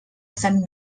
sant